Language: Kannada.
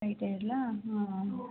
ಸ್ಟ್ರೈಟೆ ಇರ್ಲಾ ಹಾಂ